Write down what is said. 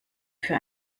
für